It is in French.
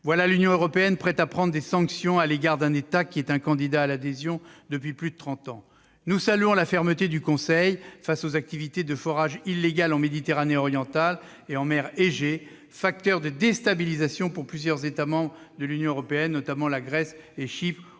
Voilà l'Union européenne prête à prendre des sanctions à l'égard d'un État qui est un candidat à l'adhésion depuis plus de trente ans. Nous saluons la fermeté du Conseil face aux activités de forage illégales en Méditerranée orientale et en mer Égée, facteur de déstabilisation pour plusieurs États membres de l'Union européenne, notamment la Grèce et Chypre,